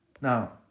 Now